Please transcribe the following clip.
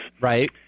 Right